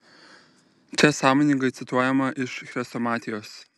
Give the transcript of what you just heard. čia sąmoningai cituojama iš chrestomatijos